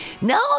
No